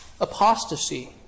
apostasy